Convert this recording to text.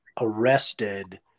arrested